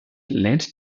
lehnt